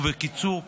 ובקיצור,